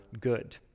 good